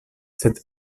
sed